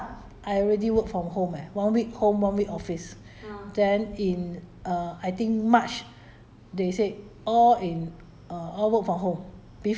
uh one team at home one team work s~ office february start I already work from home leh one week home one week office then in err I think march